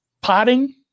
potting